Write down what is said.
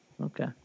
Okay